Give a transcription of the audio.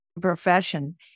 profession